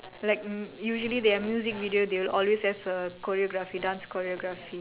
like usually their music videos they will always have choreography dance choreography